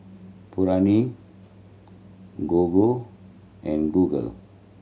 Gogo and Google